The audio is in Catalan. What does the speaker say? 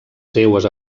seues